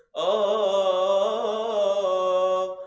oh